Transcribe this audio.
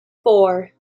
four